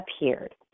appeared